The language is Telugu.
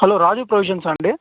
హలో రాజు ప్రొవిజన్స్ సా అండి